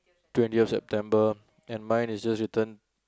twenty September and mine is just written